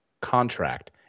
contract